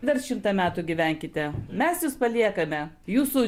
dar šimtą metų gyvenkite mes jus paliekame jūsų